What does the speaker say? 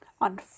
on